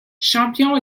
champion